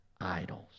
idols